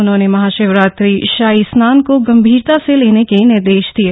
उन्होंने महाशिवरात्रि शाही स्नान को गंभीरता से लेने के निर्देश दिये